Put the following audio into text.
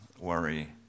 worry